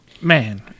man